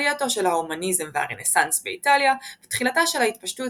עלייתו של ההומניזם והרנסאנס באיטליה ותחילתה של ההתפשטות